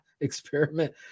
experiment